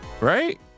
right